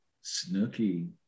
Snooky